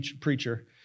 preacher